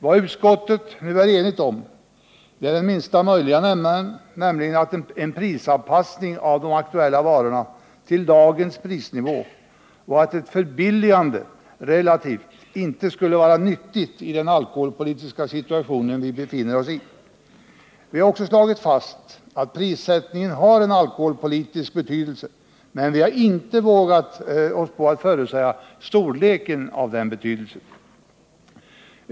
Vad utskottet nu är enigt om är den minsta möjliga nämnaren, dvs. en prisanpassning av de aktuella varorna till dagens prisnivå och uppfattningen att ett förbilligande relativt sett inte skulle vara nyttigt i den alkoholpolitiska situation vi befinner oss i. Vi har alltså slagit fast att prissättningen har en alkoholpolitisk betydelse, men vi har inte vågat oss på att förutsäga storleken av den betydelsen.